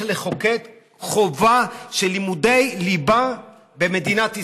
לחוקק חובה של לימודי ליבה במדינת ישראל.